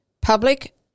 public